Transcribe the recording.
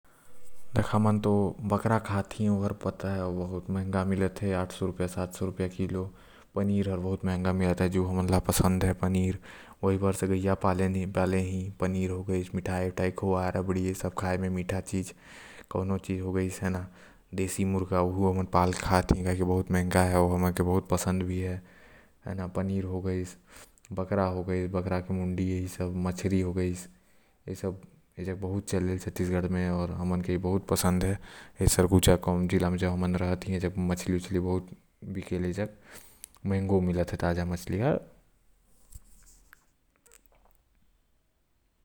पनीर हर बहुत महंगा मिलेल आऊ ओकर ए बार गाय पाले ही। हमन आऊ मिठाई म खोवा हो गाइस आऊ रबड़ी, घी, दही आऊ दाल चावल बहुत प्रचलित हाव। छत्तीसगढ़ म ऐबर से छत्तीसगढ़ ला धान के कटोरा भी बोलल जायल।